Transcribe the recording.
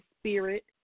spirit